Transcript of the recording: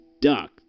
duck